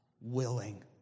willing